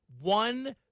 One